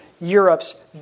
Europe's